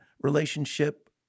relationship